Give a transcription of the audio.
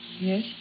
Yes